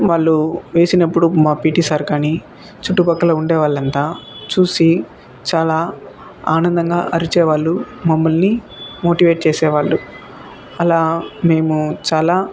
వాళ్ళు వేసినప్పుడు మా పీటీ సార్ కానీ చుట్టుపక్కల ఉండే వాళ్ళంతా చూసి చాలా ఆనందంగా అరిచేవాళ్ళు మమ్మలని మోటివేట్ చేసే వాళ్ళు అలా మేము చాలా